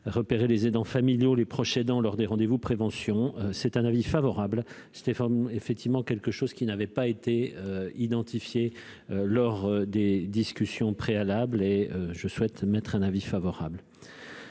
repérer les aidants familiaux, les proches aidants lors des rendez-vous prévention c'est un avis favorable Stéphane effectivement quelque chose qui n'avait pas été identifiés lors des discussions préalables et je souhaite mettre un avis favorable